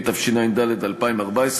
התשע"ד 2014,